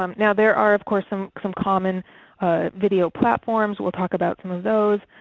um now there are of course some some common video platforms. we'll talk about some of those.